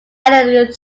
helen